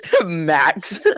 Max